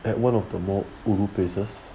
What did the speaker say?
at one of the more ulu places